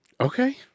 okay